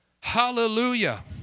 Hallelujah